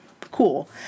Cool